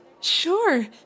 sure